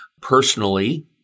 personally